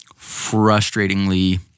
frustratingly